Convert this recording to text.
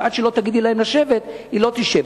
ועד שלא תגידי להן לשבת הן לא ישבו.